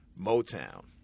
Motown